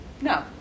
No